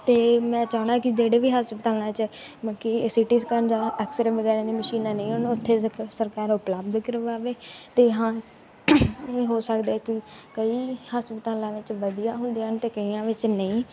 ਅਤੇ ਮੈਂ ਚਾਹੁੰਦਾ ਕਿ ਜਿਹੜੇ ਵੀ ਹਸਪਤਾਲਾਂ 'ਚ ਮਤਲਬ ਕਿ ਸਿਟੀ ਸਕੈਨ ਜਾਂ ਐਕਸਰੇ ਵਗੈਰਾ ਦੀ ਮਸ਼ੀਨਾਂ ਨਹੀਂ ਹਨ ਉੱਥੇ ਸਰਕਾਰ ਉਪਲੱਬਧ ਕਰਵਾਵੇ ਅਤੇ ਹਾਂ ਇਹ ਹੋ ਸਕਦਾ ਕਿ ਕਈ ਹਸਪਤਾਲਾਂ ਵਿੱਚ ਵਧੀਆ ਹੁੰਦੇ ਹਨ ਅਤੇ ਕਈਆਂ ਵਿੱਚ ਨਹੀਂ